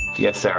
yes they are.